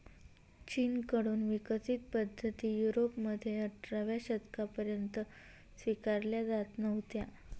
चीन कडून विकसित पद्धती युरोपमध्ये अठराव्या शतकापर्यंत स्वीकारल्या जात नव्हत्या